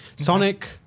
Sonic